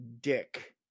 dick